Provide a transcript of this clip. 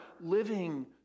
living